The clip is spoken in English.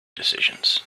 decisions